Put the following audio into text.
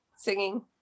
Singing